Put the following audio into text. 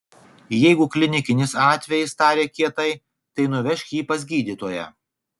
jeigu klinikinis atvejis tarė kietai tai nuvežk jį pas gydytoją